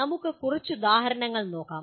നമുക്ക് കുറച്ച് ഉദാഹരണങ്ങൾ നോക്കാം